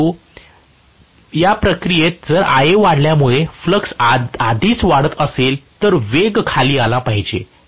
परंतु प्रक्रियेत जर Ia वाढल्यामुळे फ्लक्स आधीच वाढत असेल तर वेग खाली आला पाहिजे